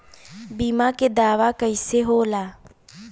बीमा के दावा कईसे होला?